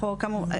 אנחנו כמובן,